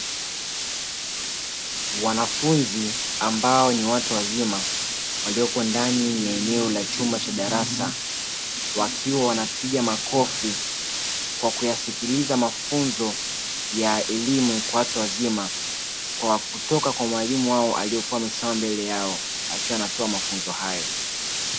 Wanafunzi ambao ni watu wazima walioko ndani ya eneo la chumba cha darasa, wakiwa wanapiga makofi kwa kuyasikiliza mafunzo ya elimu kwa watu wazima kwa kutoka kwa mwalimu wao aliyekuwa amesimama mbele yao akiwa anatoa mafunzo hayo.